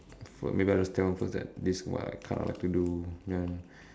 maybe I'll just tell them first that this is what I kind of like to do then